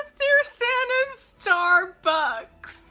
they're santa's star bucks!